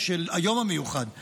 קריאה ראשונה, חברת הכנסת שטרית.